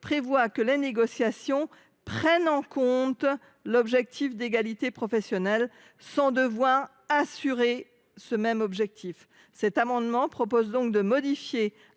prévoit que les « négociations prennent en compte l’objectif d’égalité professionnelle », sans devoir assurer ce même objectif. Cet amendement vise donc à modifier